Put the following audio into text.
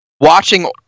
watching